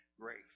grace